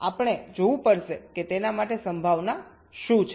તેથી આપણે તે જોવું પડશે કે તેના માટે સંભાવના શું છે